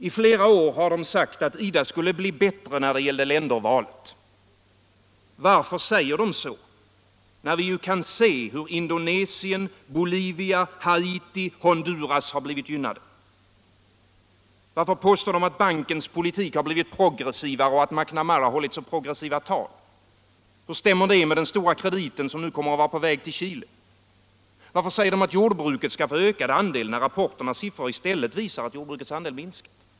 I flera år har de sagt att IDA skulle bli bättre när det gällde ländervalet. Varför säger de så, när vi kan se hur Indonesien, Bolivia, Haiti och Honduras har blivit gynnande. Varför påstår de att bankens politik har blivit progressivare och att McNamara hållit så progressiva tal? Hur stämmer det med den stora kredit som nu är på väg till Chile? Varför säger de att jordbruket skall få ökad andel? Rapporternas siffror visar ju i stället att jordbrukets andel minskat.